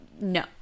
no